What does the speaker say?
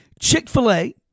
Chick-fil-A